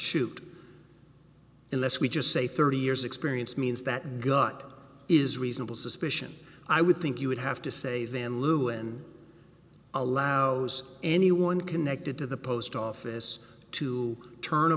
chute unless we just say thirty years experience means that gut is reasonable suspicion i would think you would have to say then luhan allows anyone connected to the post office to turn a